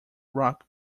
rock